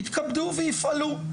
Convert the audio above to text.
יתכבדו ויפעלו,